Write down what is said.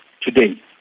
today